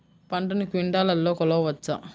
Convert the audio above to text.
పంటను క్వింటాల్లలో కొలవచ్చా?